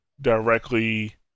directly